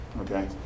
okay